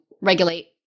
regulate